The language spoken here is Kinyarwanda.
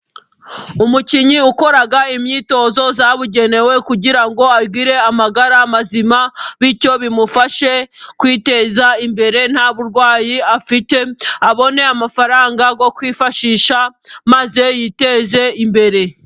Umukinnyi ukora imyitozo zabugenewe, kugira ngo agire amagara mazima, bityo bimufashe kwiteza imbere nta burwayi afite, abone amafaranga yo kwifashisha, maze yiteze imbere.